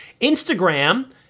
Instagram